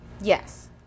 yes